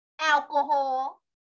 Alcohol